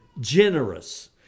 generous